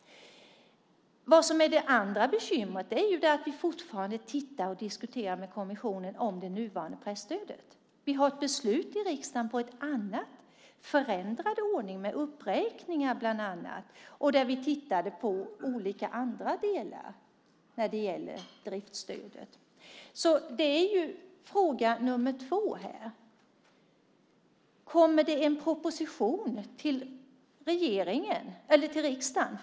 Vad som är det andra bekymret är att vi fortfarande diskuterar med kommissionen om det nuvarande presstödet. Vi har ett beslut i riksdagen om en annan, förändrad ordning med uppräkningar bland annat, och vi har tittat på andra delar när det gäller driftsstödet. Fråga nummer två är: Kommer det en proposition till riksdagen?